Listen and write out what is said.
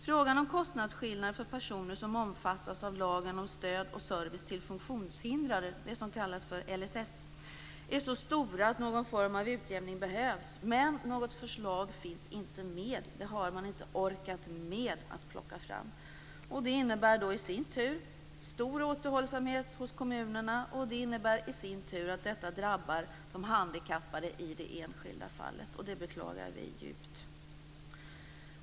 Frågan om kostnadsskillnader för personer som omfattas av lagen om stöd och service till funktionshindrade, LSS, är så stora att någon form av utjämning behövs, men något förslag finns inte med. Det har man inte orkat ta fram. Det innebär i sin tur stor återhållsamhet hos kommunerna, vilket i sin tur drabbar de handikappade i de enskilda fallen. Det beklagar vi djupt.